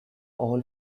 all